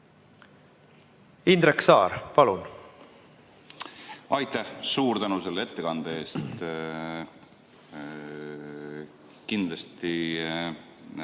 Indrek Saar, palun! Aitäh! Suur tänu selle ettekande eest! Kindlasti